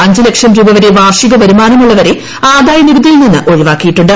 അഞ്ച് ലക്ഷം രൂപ വരെ വാർഷിക വരുമാനമുള്ളവരെ ആദായനികുതിയിൽ നിന്ന് ഒഴിവാക്കിയിട്ടുണ്ട്